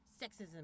sexism